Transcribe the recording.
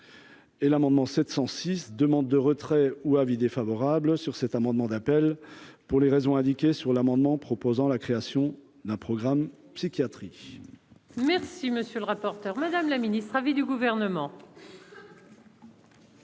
et l'amendement 706 demandes de retrait ou avis défavorable sur cet amendement d'appel pour les raisons indiquées sur l'amendement proposant la création d'un programme psychiatrie. Merci, monsieur le rapporteur, madame la ministre, avis du gouvernement.